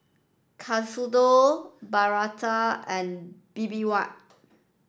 Katsudon Bratwurst and Bibimbap